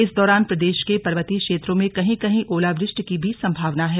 इस दौरान प्रदेश के पर्वतीय क्षेत्रों में कहीं कहीं ओलावृष्टि की भी संभावना है